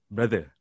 Brother